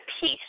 peace